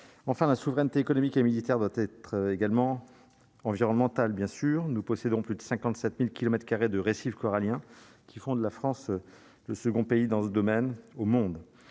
enfin la souveraineté économique et militaire doit être également environnemental, bien sûr, nous possédons plus de 57000 kilomètres carrés de récifs coralliens qui font de la France, le second pays dans ce domaine au monde